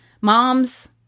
moms